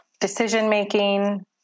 decision-making